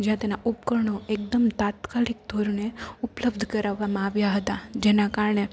જ્યાં તેના ઉપકરણો એકદમ તાત્કાલિક ધોરણે ઉપલબ્ધ કરાવામાં આવ્યાં હતાં જેના કારણે